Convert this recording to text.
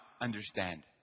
understand